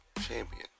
champion